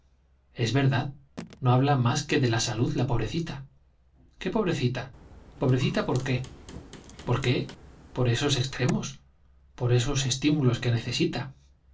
es verdad no habla más que de la salud la pobrecita qué pobrecita pobrecita por qué por qué por esos extremos por esos estímulos que necesita